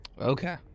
Okay